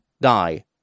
die